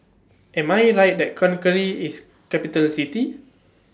Am I Right that Conakry IS Capital City